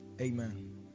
amen